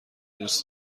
دوست